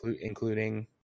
including